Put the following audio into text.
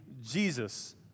Jesus